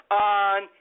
on